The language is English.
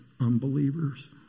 unbelievers